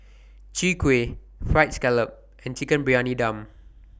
Chwee Kueh Fried Scallop and Chicken Briyani Dum